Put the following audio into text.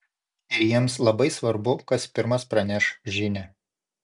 ir jiems labai svarbu kas pirmas praneš žinią